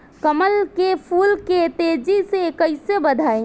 कमल के फूल के तेजी से कइसे बढ़ाई?